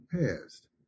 past